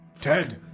Ted